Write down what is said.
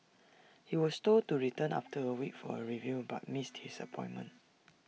he was told to return after A week for A review but missed his appointment